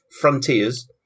Frontiers